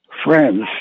Friends